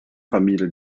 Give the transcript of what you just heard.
família